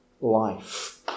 life